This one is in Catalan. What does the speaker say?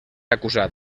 acusat